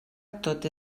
tot